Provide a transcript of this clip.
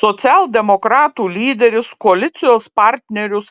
socialdemokratų lyderis koalicijos partnerius